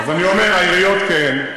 אז אני אומר, העיריות כן.